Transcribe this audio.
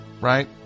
right